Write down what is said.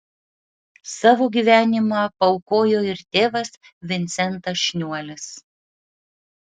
savo gyvenimą paaukojo ir tėvas vincentas šniuolis